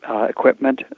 equipment